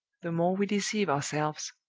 the more we deceive ourselves.